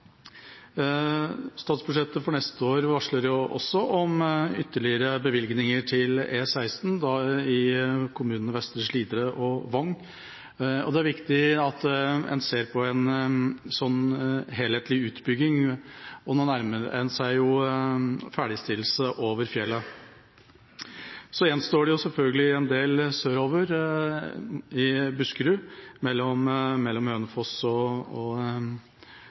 Statsbudsjettet for neste år varsler også ytterligere bevilgninger til E16 i kommunene Vestre Slidre og Vang. Det er viktig at en ser på en slik helhetlig utbygging. Nå nærmer en seg ferdigstillelse over fjellet. Det gjenstår selvfølgelig en del sørover i Buskerud – mellom Hønefoss og Sør-Aurdal – og